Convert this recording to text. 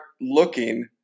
looking